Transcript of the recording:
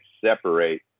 separate